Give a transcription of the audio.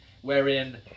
Wherein